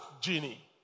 genie